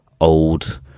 old